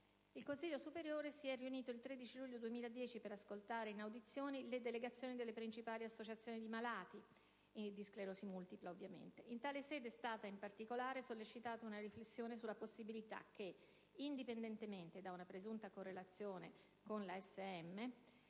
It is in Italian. Il Consiglio superiore di sanità si è riunito il 13 luglio 2010 per ascoltare in audizione le delegazioni delle principali associazioni di malati di sclerosi multipla. In tale sede è stata, in particolare, sollecitata una riflessione sulla possibilità che, indipendentemente da una presunta correlazione con la